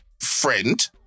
friend